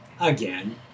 Again